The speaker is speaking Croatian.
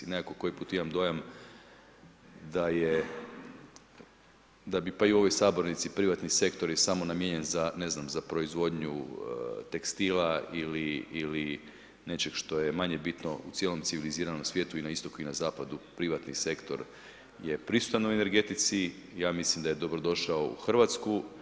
Nekako koji put imam dojam da bi pa i u ovoj sabornici privatni sektori samo namijenjen, ne znam, za proizvodnju tekstila ili nečeg što je manje bitno u cijelom civiliziranom svijetu i na istoku i na zapadu, privatni sektor je prisutan u energetici, ja mislim da je dobrodošao u Hrvatsku.